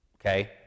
Okay